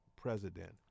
president